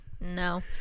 No